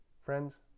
Friends